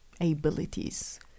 abilities